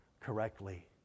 correctly